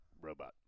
robot